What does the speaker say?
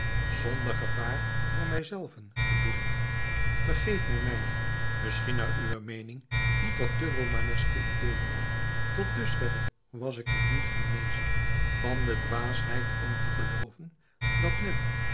zonder gevaar voor mij zelven bedoel ik want vergeef mij mijne misschien naar uwe meening ietwat te romaneske ideeën tot dusverre was ik nog niet genezen van de dwaasheid om te gelooven dat men